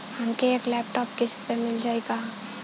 हमके एक लैपटॉप किस्त मे मिल जाई का?